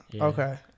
okay